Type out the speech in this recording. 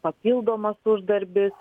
papildomas uždarbis